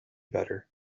better